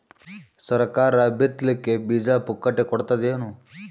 ಸರಕಾರ ಬಿತ್ ಲಿಕ್ಕೆ ಬೀಜ ಪುಕ್ಕಟೆ ಕೊಡತದೇನು?